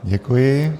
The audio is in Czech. Děkuji.